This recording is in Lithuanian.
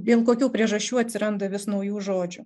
dėl kokių priežasčių atsiranda vis naujų žodžių